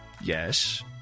Yes